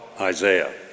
Isaiah